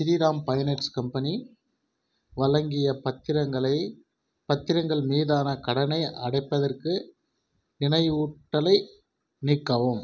Sriram finance company வழங்கிய பத்திரங்களை பாத்திரங்கள் மீதான கடனை அடைப்பதற்கு நினைவூட்டலை நீக்கவும்